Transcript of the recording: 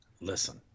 Listen